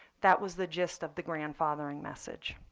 that was the gist of the grandfathering message.